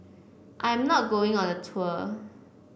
I'm not going on the tour